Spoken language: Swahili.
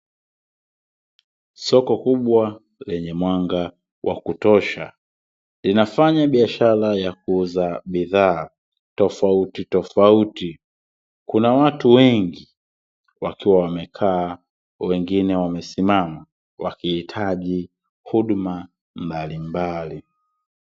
Soko kubwa lenye mwanga wa kutosha. Linafanya biashara ya kuuza bidhaa tofauti tofauti. Kuna watu wengi, wakiwa wamekaa, wengine wamesimama wakihitaji huduma mbalimbali.